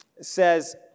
says